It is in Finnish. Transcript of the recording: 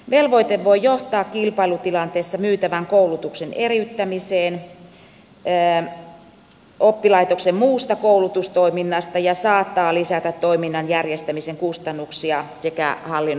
velvoite voi johtaa kilpailutilanteessa myytävän koulutuksen eriyttämiseen oppilaitoksen muusta koulutustoiminnasta ja saattaa lisätä toiminnan järjestämisen kustannuksia sekä hallinnollista taakkaa